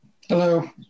Hello